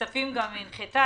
הכספים גם הנחתה